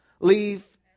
leave